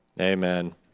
Amen